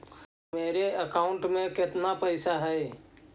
मेरे अकाउंट में केतना पैसा है?